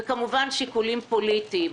וכמובן שיקולים פוליטיים.